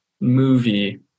movie